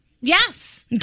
Yes